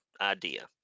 idea